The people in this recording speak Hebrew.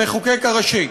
המחוקק הראשי.